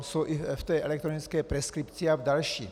Jsou i v té elektronické preskripci a v dalším.